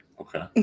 Okay